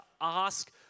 ask